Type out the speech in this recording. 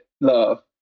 love